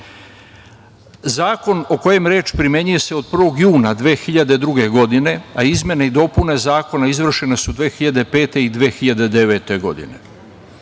o kojem je reč primenjuje se od 1. juna 2002. godine, a izmene i dopune Zakona izvršene su 2005. i 2009. godine.